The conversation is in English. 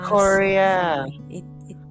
Korea